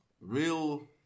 Real